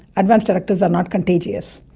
advance directives are not contagious.